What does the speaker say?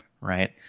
right